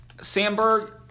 Sandberg